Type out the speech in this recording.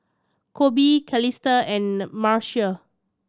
Koby Calista and Marcia